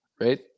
right